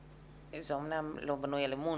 זה אמנם לא בנוי על אמון.